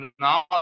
now